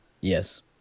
Yes